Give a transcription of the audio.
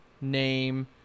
name